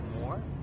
more